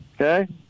Okay